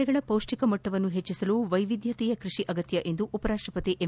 ಆಹಾರ ಬೆಳೆಗಳ ಪೌಷ್ಟಿಕ ಮಟ್ಟವನ್ನು ಪೆಚ್ಚಿಸಲು ವೈವಿಧ್ಯತೆಯ ಕೈಷಿ ಅಗತ್ಯ ಎಂದು ಉಪರಾಷ್ಟಪತಿ ಎಂ